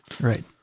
Right